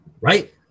right